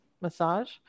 massage